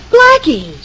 Blackie